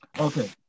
Okay